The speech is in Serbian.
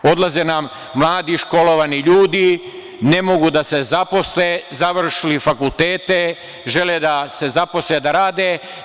Odlaze nam mladi školovani ljudi, ne mogu da se zaposle, završili fakultete, žele da se zaposle, da rade.